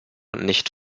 nicht